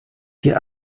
hier